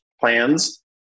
plans